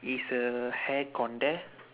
is her hair contact